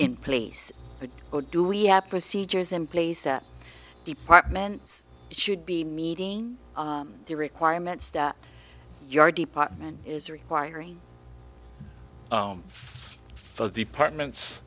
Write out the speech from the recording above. in place but do we have procedures in place or departments should be meeting the requirements that your department is requiring for departments